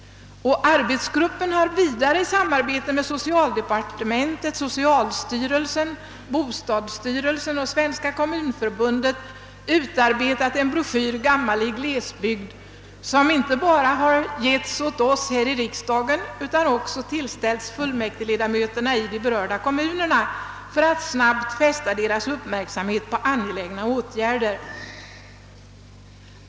Arbetsgruppen har vidare i samarbete med socialdepartementet, socialstyrelsen, bostadsstyrelsen och Svenska kommunförbundet utarbetat en broschyr, »Gammal i glesbygd», som inte bara har delats ut till oss här i riksdagen utan också tillställts fullmäktigledamöterna i de berörda kommunerna för att snabbt fästa deras uppmärksamhet på angelägna åtgärder.